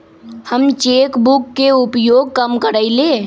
हम cheque book के उपयोग कम करइले